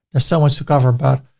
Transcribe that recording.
there's so much to cover about.